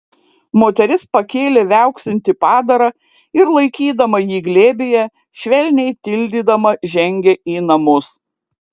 moteris pakėlė viauksintį padarą ir laikydama jį glėbyje švelniai tildydama žengė į namus